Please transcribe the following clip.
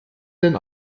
denn